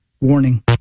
Warning